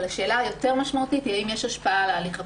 אבל השאלה היותר משמעותית היא האם יש השפעה על ההליך הפלילי?